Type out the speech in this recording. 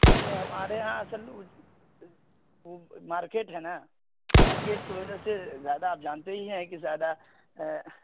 یہ ہمارے یہاں اصل مارکیٹ ہے نا مارکیٹ کی وجہ سے زیادہ آپ جانتے ہی ہیں کہ زیادہ